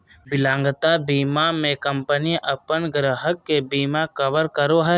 विकलांगता बीमा में कंपनी अपन ग्राहक के बिमा कवर करो हइ